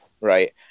right